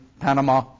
Panama